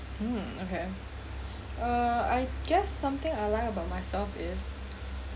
mm okay ah I guess something I like about myself is